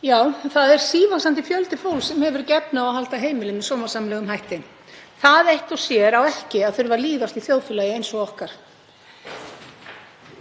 Það er sívaxandi fjöldi fólks sem hefur ekki efni á að halda heimili með sómasamlegum hætti. Það eitt og sér á ekki að líðast í þjóðfélagi eins og okkar.